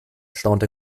staunte